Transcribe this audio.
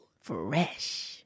Fresh